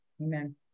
Amen